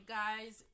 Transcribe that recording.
guys